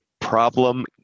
problem